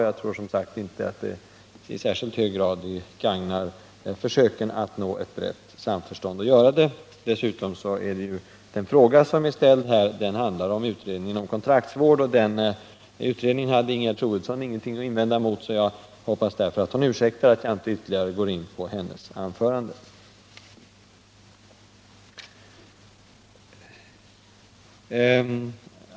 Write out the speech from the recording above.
Jag tror som sagt inte att det gagnar försöken att nå ett brett samförstånd att göra det. Dessutom handlar den fråga som är ställd om utredningen om kontraktsvård. Den utredningen hade Ingegerd Troedsson ingenting att invända emot. Jag hoppas därför att hon ursäktar att jag inte ytterligare går in på hennes anförande.